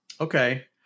Okay